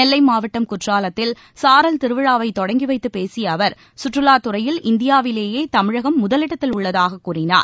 நெல்லை மாவட்டம் குற்றாலத்தில் சாரல் திருவிழாவை தொடங்கி வைத்துப் பேசிய அவர் சுற்றுலாத் துறையில் இந்தியாவிலேயே தமிழகம் முதலிடத்தில் உள்ளதாகக் கூறினார்